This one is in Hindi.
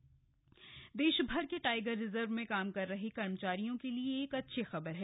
टाइगर रिजर्व देशभर के टाइगर रिजर्व में काम कर रहे कर्मचारियों के लिए एक अच्छी खबर है